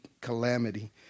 calamity